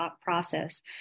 process